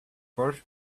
forced